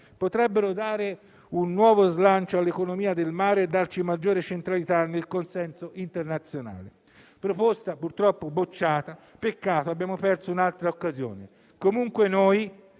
potrebbero dare nuovo slancio all'economia del mare e darci maggiore centralità nel consenso internazionale. La proposta, purtroppo, è stata bocciata: peccato, abbiamo perso un'altra occasione. Noi